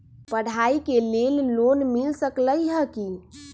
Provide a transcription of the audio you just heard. पढाई के लेल लोन मिल सकलई ह की?